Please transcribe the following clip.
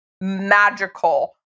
magical